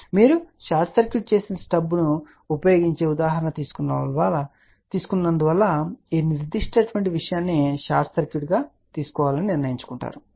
కాబట్టి మీరు short circuit చేసిన స్టబ్ను ఉపయోగించిన ఉదాహరణ తీసుకున్నందున ఈ నిర్దిష్ట విషయాన్ని షార్ట్ సర్క్యూట్గా తీసుకోవాలని నిర్ణయించుకుంటారు